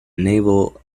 naval